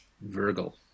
Virgil